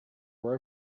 were